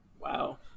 wow